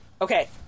okay